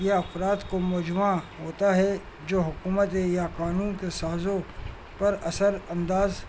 یا افراد کو مجموعہ ہوتا ہے جو حکومت یا قانون کے سازوں پر اثر انداز